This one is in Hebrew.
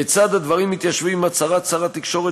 כיצד הדברים מתיישבים עם הצהרת שר התקשורת